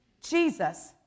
Jesus